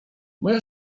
moja